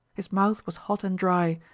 his mouth was hot and dry,